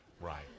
Right